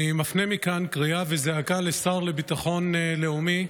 אני מפנה מכאן קריאה וזעקה לשר לביטחון לאומי,